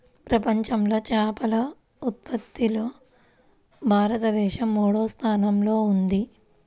ప్రపంచంలో చేపల ఉత్పత్తిలో భారతదేశం మూడవ స్థానంలో ఉంది